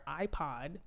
iPod